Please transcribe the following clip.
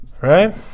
right